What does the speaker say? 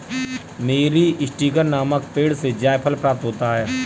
मीरीस्टिकर नामक पेड़ से जायफल प्राप्त होता है